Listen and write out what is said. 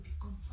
become